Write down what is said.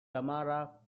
tamara